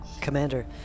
Commander